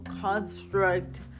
construct